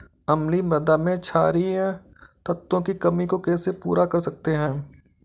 अम्लीय मृदा में क्षारीए तत्वों की कमी को कैसे पूरा कर सकते हैं?